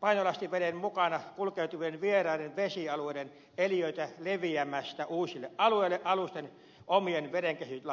painolastiveden mukana kulkeutuvien vieraiden vesialueiden eliöitä leviämästä uusille alueille alusten omien vedenkäsittelylaitteiden avulla